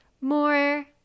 more